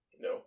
no